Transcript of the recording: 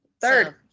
third